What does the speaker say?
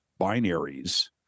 binaries